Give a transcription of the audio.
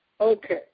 Okay